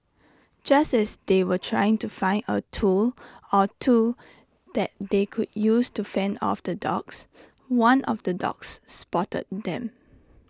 just as they were trying to find A tool or two that they could use to fend off the dogs one of the dogs spotted them